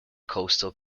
coastal